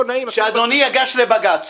לא נעים --- שאדוני ייגש לבג"ץ.